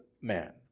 man